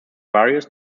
various